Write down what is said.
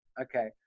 Okay